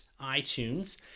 iTunes